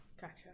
Gotcha